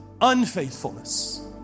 unfaithfulness